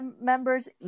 members